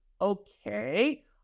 Okay